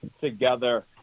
together